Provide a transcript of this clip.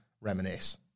reminisce